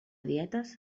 dietes